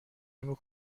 نمی